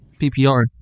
PPR